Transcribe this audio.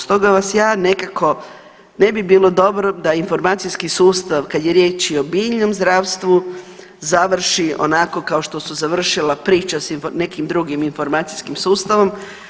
Stoga vas ja nekako ne bi bilo dobro da informacijski sustav kad je riječ i o biljnom zdravstvu završi onako kao što su završila priča s nekim drugim informacijskim sustavom.